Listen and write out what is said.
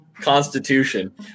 constitution